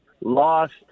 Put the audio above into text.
Lost